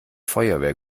feuerwehr